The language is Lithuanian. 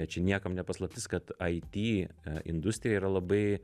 čia niekam ne paslaptis kad it industrija yra labai